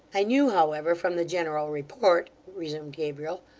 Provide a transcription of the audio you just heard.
i knew, however, from the general report resumed gabriel,